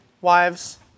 wives